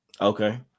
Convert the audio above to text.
Okay